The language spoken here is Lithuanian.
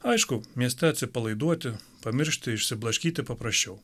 aišku mieste atsipalaiduoti pamiršti išsiblaškyti paprasčiau